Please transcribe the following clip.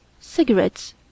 cigarettes